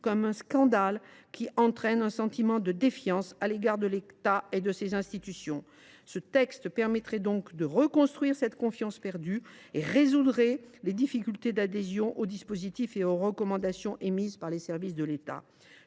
une situation qui génère un sentiment de défiance à l’égard de l’État et de ses institutions. Ce texte permettrait de reconstruire cette confiance perdue et résoudrait les difficultés d’adhésion aux dispositifs et aux recommandations émises par les services de l’État.